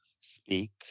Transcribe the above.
speak